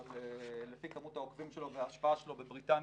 אבל לפי כמות העוקבים שלו וההשפעה שלו בבריטניה,